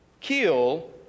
kill